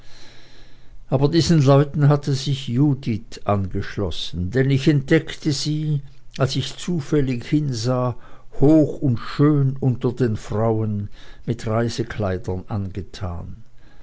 aber diesen leuten hatte sich judith angeschlossen denn ich entdeckte sie als ich zufällig hinsah hoch und schön unter den frauen mit reisekleidern angetan